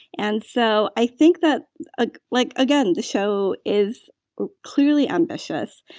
and so i think that ah like again the show is clearly ambitious.